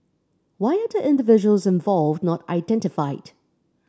why are the individuals involved not identified